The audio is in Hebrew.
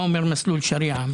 מה מסלול שריע?